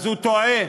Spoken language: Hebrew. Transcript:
טועה.